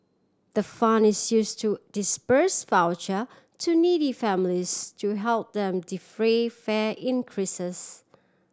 the fund is use to disburse voucher to needy families to help them defray fare increases